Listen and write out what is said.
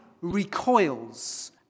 recoils